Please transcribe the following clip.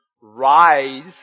rise